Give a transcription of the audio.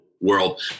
world